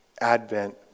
Advent